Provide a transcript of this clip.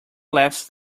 laughs